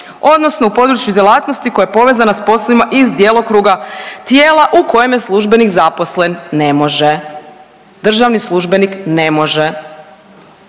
odnosno u području djelatnosti koja je povezana s poslovima iz djelokruga tijela u kojem je službenik zaposlen. Ne može, državni službenik ne može.